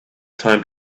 time